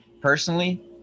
personally